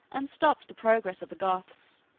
and stopped the progress of the goths.